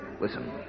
Listen